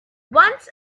once